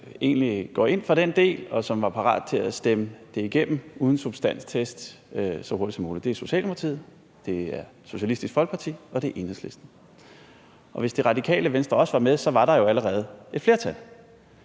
som egentlig går ind for den del, og som var parate til at stemme det igennem uden substanstest så hurtigt som muligt. Det er Socialdemokratiet, det er Socialistisk Folkeparti, og det er Enhedslisten. Og hvis Det Radikale Venstre også var med, var der jo allerede et flertal,